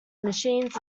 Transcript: machines